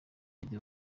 video